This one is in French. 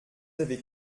avez